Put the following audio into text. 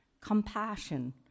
compassion